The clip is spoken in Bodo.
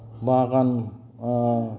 बागान